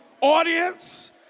audience